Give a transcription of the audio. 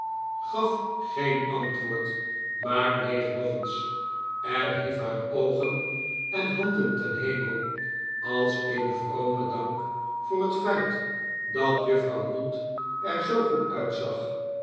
gaf geen antwoord maar neeg nog eens eh hief haar oogen en handen ten hemel als in vromen dank voor het feit dat juffrouw mould er zoo goed uitzag